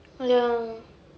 oh ya